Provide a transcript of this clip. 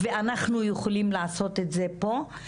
אנחנו יכולים לעשות את זה פה.